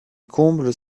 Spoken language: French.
combles